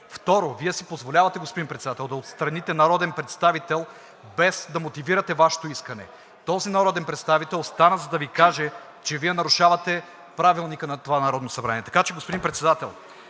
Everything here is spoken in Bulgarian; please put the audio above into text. Второ, Вие си позволявате, господин Председател, да отстраните народен представител, без да мотивирате Вашето искане. Този народен представител стана, за да Ви каже, че Вие нарушавате Правилника на това Народно събрание. Господин Председател,